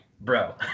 bro